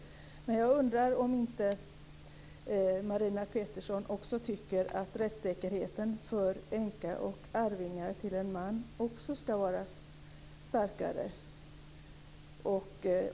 Jag undrar om inte Marina Pettersson också tycker att rättssäkerheten för änka och arvingar till en man skall vara starkare.